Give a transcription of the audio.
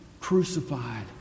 crucified